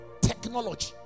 technology